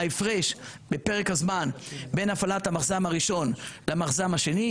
ההפרש בפרק הזמן בין הפעלת המחז"מ הראשון למחז"מ השני,